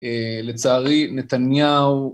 לצערי נתניהו